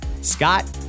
Scott